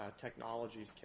Technologies